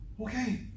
okay